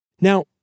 Now